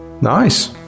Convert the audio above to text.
Nice